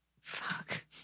Fuck